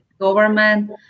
government